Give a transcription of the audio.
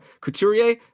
Couturier